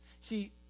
See